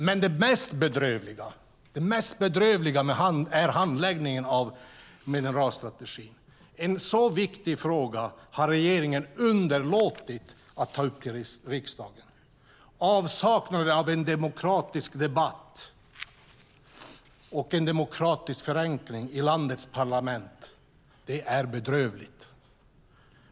Men det mest bedrövliga är handläggningen av mineralstrategin. En så viktig fråga har regeringen underlåtit att ta till riksdagen. Avsaknaden av en demokratisk debatt och en demokratisk förankring i landets parlament är bedrövlig.